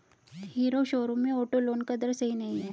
hero showroom में auto loan का दर सही नहीं था